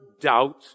doubt